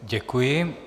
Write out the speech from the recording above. Děkuji.